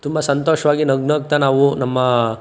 ತುಂಬ ಸಂತೋಷವಾಗಿ ನಗು ನಗ್ತಾ ನಾವು ನಮ್ಮ